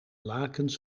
lakens